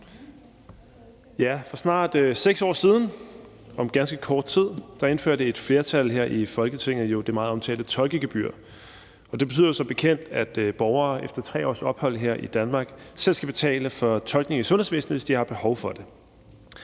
For snart 6 år siden indførte et flertal her i Folketinget jo det meget omtalte tolkegebyr, og det betyder som bekendt, at borgere efter 3 års ophold her i Danmark selv skal betale for tolkning i sundhedsvæsenet, hvis de har behov for det.